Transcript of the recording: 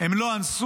הם לא אנסו,